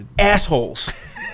Assholes